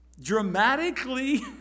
dramatically